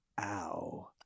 ow